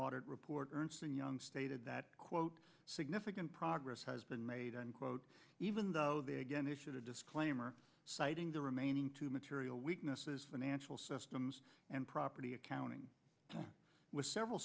audit report ernst and young stated that quote significant progress has been made unquote even though they again issued a disclaimer citing the remaining two material weaknesses financial systems and property accounting with several